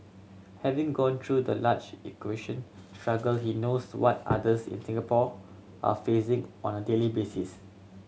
having gone through the language acquisition struggle he knows what others in Singapore are facing on a daily basis